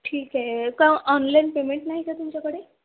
ठीक आहे का ऑनलाईन पेमेंट नाही का तुमच्याकडे